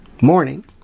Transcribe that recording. morning